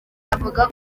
avuga